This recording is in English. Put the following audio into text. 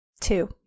Two